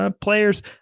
players